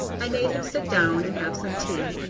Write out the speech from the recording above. i made him sit down and have some tea,